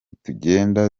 tugenda